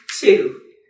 two